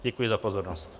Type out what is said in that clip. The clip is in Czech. Děkuji za pozornost.